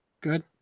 Good